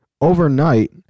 overnight